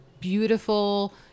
beautiful